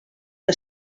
que